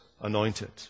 anointed